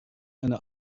eine